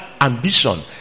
ambition